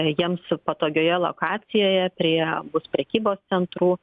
jiems patogioje lokacijoje prie bus prekybos centrų